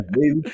baby